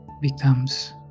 becomes